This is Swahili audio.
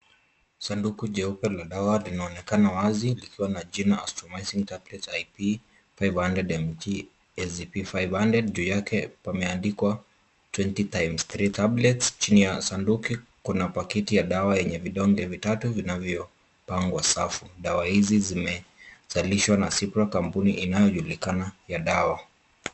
Sanduku jeupe la dawa linaonekana wazi likiwa na dawa ya Azithromycin tablets- 500 Mg. Juu yake pameandikwa 20 times 3 tablets . Chini yake kuna pakiti ya dawa yenye vidonge vitatu vinavyopangwa kwenye safu. Dawa hizi zimezalishwa na kampuni inayojulikana ya dawa.